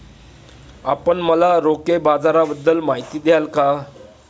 आपण मला रोखे बाजाराबद्दल माहिती द्याल का?